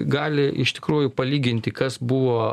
gali iš tikrųjų palyginti kas buvo